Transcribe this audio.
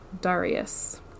Darius